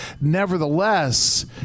nevertheless